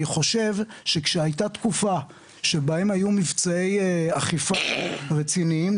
אני חושב שכשהייתה תקופה שבה היו מבצעי אכיפה רציניים,